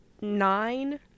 nine